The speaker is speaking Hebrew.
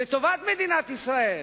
לטובת מדינת ישראל,